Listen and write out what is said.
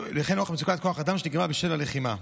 מצוקת כוח האדם שנגרמה בשל הלחימה.